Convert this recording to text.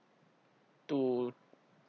to